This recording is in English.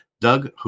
Doug